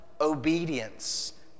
obedience